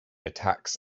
attacks